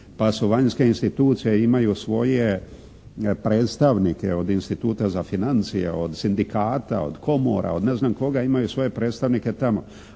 pa su vanjske institucije imaju svoje predstavnike od Instituta za financije, od sindikata, od komora, od ne znam koga imaju svoje predstavnike tamo.